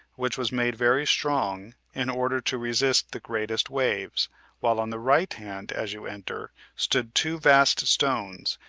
which was made very strong, in order to resist the greatest waves while on the right hand, as you enter, stood two vast stones,